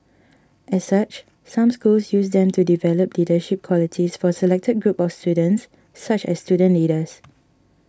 as such some schools use them to develop leadership qualities for selected groups of students such as student leaders